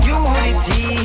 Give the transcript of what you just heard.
unity